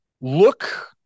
look